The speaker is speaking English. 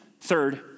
third